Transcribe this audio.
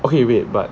okay wait but